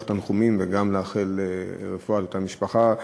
תנחומים וגם לאחל רפואה שלמה לאותה משפחה,